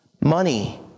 Money